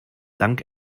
dank